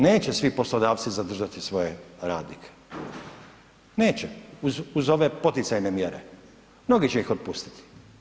Neće svi poslodavci zadržati svoje radnike, neće uz ove poticajne mjere, mnogi će ih otpustiti.